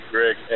Greg